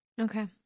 Okay